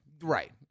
right